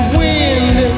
wind